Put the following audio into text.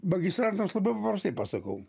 magistrantams labai paparastai pasakau